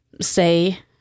say